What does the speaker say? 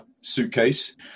suitcase